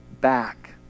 back